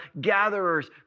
gatherers